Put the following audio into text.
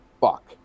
Fuck